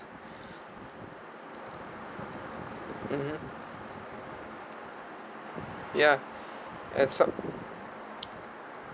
mmhmm ya at some